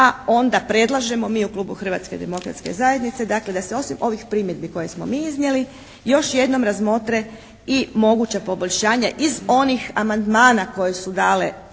a onda predlažemo mi u klubu Hrvatske demokratske zajednice, dakle da se osim ovih primjedbi koje smo mi iznijeli još jednom razmotre i moguća poboljšanja iz onih amandmana koje su dale